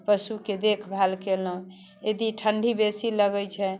पशुके देखभाल केलहुँ यदि ठण्डी बेसी लगै छै